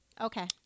Okay